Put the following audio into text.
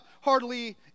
hardly